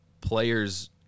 players